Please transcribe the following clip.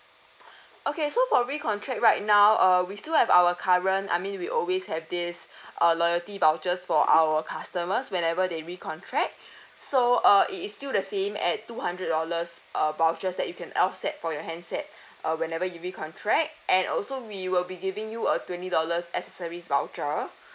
okay so for recontract right now uh we still have our current I mean we always have this uh loyalty vouchers for our customers whenever they recontract so uh it is still the same at two hundred dollars uh vouchers that you can offset for your handset uh whenever you recontract and also we will be giving you a twenty dollars accessories voucher